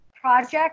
project